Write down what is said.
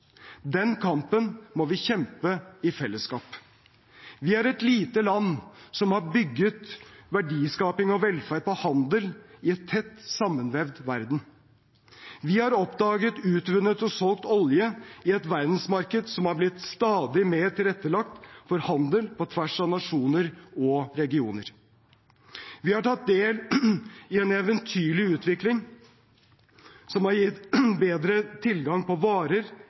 Den kampen må vi kjempe i fellesskap. Vi er et lite land som har bygget verdiskaping og velferd på handel i en tett sammenvevd verden. Vi har oppdaget, utvunnet og solgt olje i et verdensmarked som er blitt stadig mer tilrettelagt for handel på tvers av nasjoner og regioner. Vi har tatt del i en eventyrlig utvikling som har gitt bedre tilgang på varer,